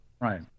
Right